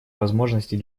возможностей